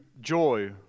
joy